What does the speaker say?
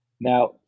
Now